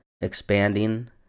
expanding